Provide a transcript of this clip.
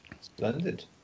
Splendid